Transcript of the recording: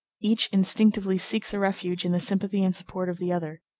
each instinctively seeks a refuge in the sympathy and support of the other.